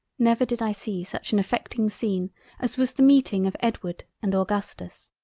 never did i see such an affecting scene as was the meeting of edward and augustus.